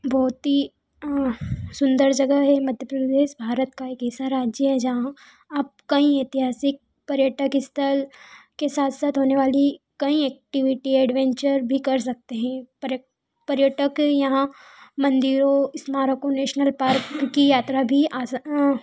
बहुत ही सुंदर जगह है मध्य प्रदेश भारत का एक ऐसा राज्य है जहाँ आप कई ऐतिहासिक पर्यटक स्थल के साथ साथ होने वाली कईं एक्टिविटी एडवेंचर भी कर सकते हैं पर्यटक यहाँ मंदिरों स्मारकों नेशनल पार्क की यात्रा भी आसा